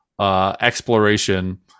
exploration